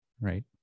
right